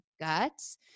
guts